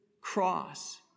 cross